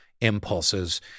impulses